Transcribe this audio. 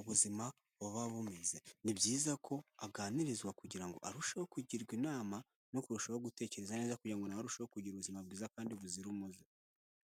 ubuzima buba bumeze, ni byiza ko aganirizwa kugira ngo arusheho kugirwa inama no kurushaho gutekereza neza kugira ngo na we arusheho kugira ubuzima bwiza kandi buzira umuze.